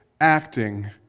acting